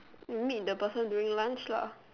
meet the person during lunch lah